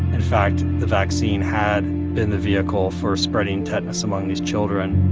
in fact, the vaccine had been the vehicle for spreading tetanus among these children.